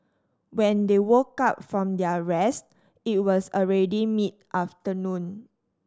when they woke up from their rest it was already mid afternoon